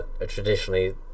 traditionally